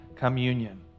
communion